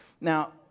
Now